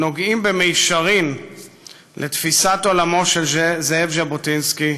נוגעים במישרין לתפיסת עולמו של זאב ז'בוטינסקי,